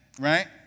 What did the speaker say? right